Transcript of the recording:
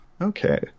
Okay